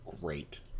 great